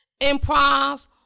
improv